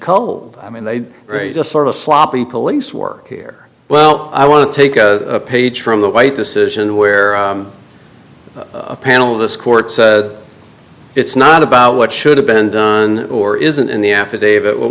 cold i mean they just sort of sloppy police work here well i want to take a page from the right decision where a panel of this court said it's not about what should have been done or isn't in the affidavit what